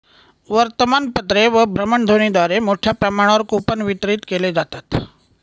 वर्तमानपत्रे व भ्रमणध्वनीद्वारे मोठ्या प्रमाणावर कूपन वितरित केले जातात